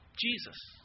Jesus